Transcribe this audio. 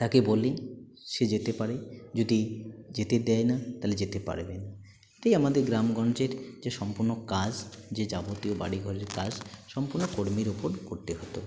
তাকে বলে সে যেতে পারে যদি যেতে দেয় না তালে যেতে পারবে না তাই আমাদের গ্রামগঞ্জের যে সম্পূর্ণ কাজ যে যাবতীয় বাড়ি ঘরের কাজ সম্পূর্ণ কর্মীর ওপর করতে হতো